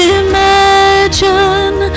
imagine